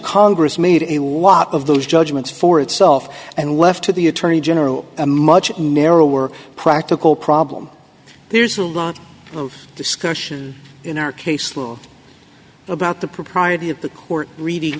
cause made a lot of those judgments for itself and left to the attorney general a much narrower practical problem there's a lot of discussion in our case law about the propriety of the court re